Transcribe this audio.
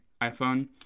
iPhone